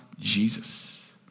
Jesus